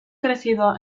crecido